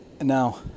Now